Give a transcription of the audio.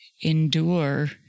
endure